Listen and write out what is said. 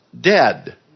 dead